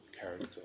character